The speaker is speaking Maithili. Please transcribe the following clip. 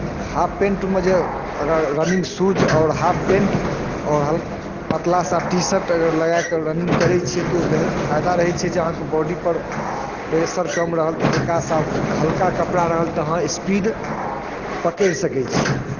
हाफ पेंटमे जे अगर रनिंग सूज आओर हाफ पेंट आओर हल पतला सा टी शर्ट अगर लगा कऽ अगर रनिंग करै छियै तऽ ओ बेह फायदा रहै छै जे अहाँके बॉडीपर प्रेशर कम रहल तऽ हल्का सा हल्का कपड़ा रहल तऽ अहाँ स्पीड पकड़ि सकै छी